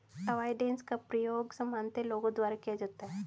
avoidance का प्रयोग सामान्यतः लोगों द्वारा किया जाता है